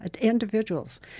Individuals